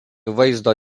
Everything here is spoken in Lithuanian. vaizdo